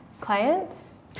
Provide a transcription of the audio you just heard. clients